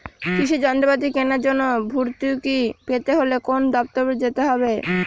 কৃষি যন্ত্রপাতি কেনার জন্য ভর্তুকি পেতে হলে কোন দপ্তরে যেতে হবে?